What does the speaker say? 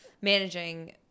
managing